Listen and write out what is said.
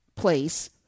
place